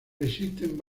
existen